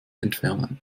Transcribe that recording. entfernen